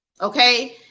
okay